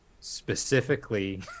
specifically